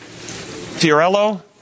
Fiorello